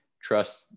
trust